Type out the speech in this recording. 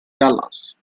dallas